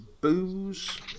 booze